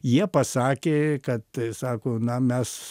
jie pasakė kad sako na mes